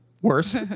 Worse